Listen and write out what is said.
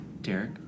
Derek